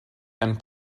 and